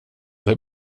det